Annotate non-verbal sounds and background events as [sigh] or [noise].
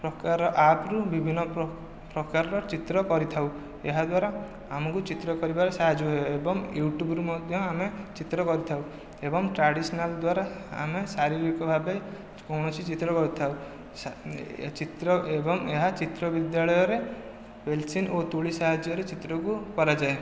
ପ୍ରକାର ଆପ୍ରୁ ବିଭିନ୍ନ ପ୍ରକାରର ଚିତ୍ର କରିଥାଉ ଏହା ଦ୍ୱାରା ଆମକୁ ଚିତ୍ର କରିବାରେ ସାହାଯ୍ୟ ହୁଏ ଏବଂ ୟୁଟ୍ୟୁବୁରୁ ମଧ୍ୟ ଆମେ ଚିତ୍ର କରିଥାଉ ଏବଂ ଟ୍ରାଡିସନାଲ ଦ୍ୱାରା ଆମେ ଶାରୀରିକ ଭାବେ କୌଣସି ଚିତ୍ର କରିଥାଉ [unintelligible] ଚିତ୍ର ଏବଂ ଏହା ଚିତ୍ର ବିଦ୍ୟାଳୟରେ ପେନ୍ସିଲ୍ ଓ ତୂଳୀ ସାହାଯ୍ୟରେ ଚିତ୍ରକୁ କରାଯାଏ